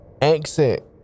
exit